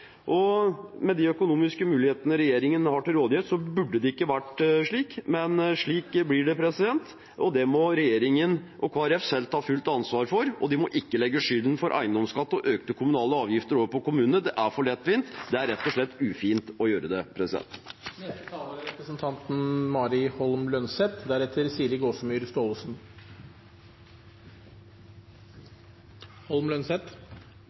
ikke vært slik. Men slik blir det, og det må regjeringen og Kristelig Folkeparti selv ta fullt ansvar for, og de må ikke legge skylden for eiendomsskatt og økte kommunale avgifter over på kommunene. Det er for lettvint, det er rett og slett ufint å gjøre det.